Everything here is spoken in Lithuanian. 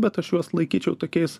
bet aš juos laikyčiau tokiais